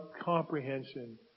comprehension